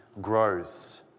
grows